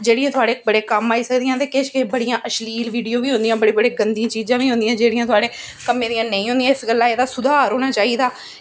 जेह्ड़ियां थुआढ़े बड़े कम्म आई सकदियां ते किश बड़ियां अश्लील वीडियो बी होंदियां ते बड़ियां गंदियां चीज़ां बी होंदियां जेह्ड़े थुआढ़े कम्में दियां नेईं होंदियां इस गल्ला एह्दा सुधार होना चाहिदा